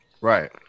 Right